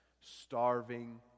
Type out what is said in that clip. starving